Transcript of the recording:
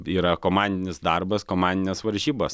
yra komandinis darbas komandinės varžybos